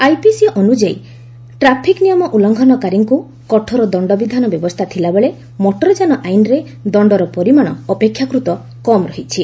IPC ଆନୁଯାୟୀ traffic ନିୟମ ଉଲ୍ଲ୍ଘନକାରୀଙ୍କୁ କଠୋର ଦଣ୍ଡ ବିଧାନ ବ୍ୟବସ୍ଥା ଥିଲାବେଳେ ମୋଟରଯାନ ଆଇନରେ ଦଶ୍ତର ପରିମାଣ ଅପେକ୍ଷାକୃତ କମ୍ ରହିଛି